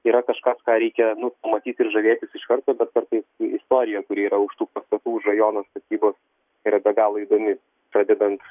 yra kažkas ką reikia nu pamatyt ir žavėtis iš karto bet kartais istorija kuri yra už tų pastatų už rajono statybos yra be galo įdomi pradedant